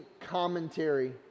commentary